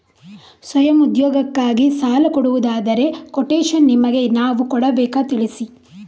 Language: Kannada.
ಸ್ವಯಂ ಉದ್ಯೋಗಕ್ಕಾಗಿ ಸಾಲ ಕೊಡುವುದಾದರೆ ಕೊಟೇಶನ್ ನಿಮಗೆ ನಾವು ಕೊಡಬೇಕಾ ತಿಳಿಸಿ?